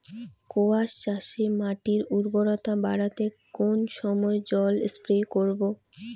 কোয়াস চাষে মাটির উর্বরতা বাড়াতে কোন সময় জল স্প্রে করব?